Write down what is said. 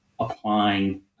applying